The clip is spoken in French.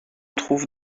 trouve